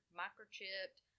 microchipped